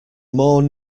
more